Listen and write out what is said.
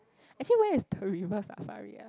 actually where is the River Safari ah